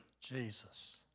Jesus